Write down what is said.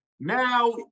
Now